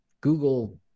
google